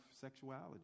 sexuality